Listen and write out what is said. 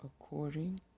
According